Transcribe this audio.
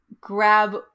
grab